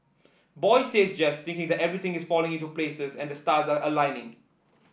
boy says yes thinking that everything is falling into places and the stars are aligning